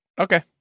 Okay